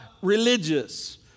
religious